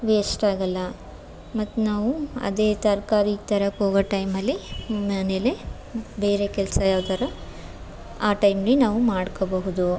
ವೇಸ್ಟಾಗಲ್ಲ ಮತ್ತು ನಾವು ಅದೇ ತರಕಾರಿ ತರಕ್ಕೆ ಹೋಗೋ ಟೈಮಲ್ಲಿ ಮನೆಯಲ್ಲೇ ಬೇರೆ ಕೆಲಸ ಯಾವ್ದಾದ್ರೂ ಆ ಟೈಮಲ್ಲಿ ನಾವು ಮಾಡ್ಕೋಬಹುದು